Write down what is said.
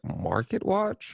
MarketWatch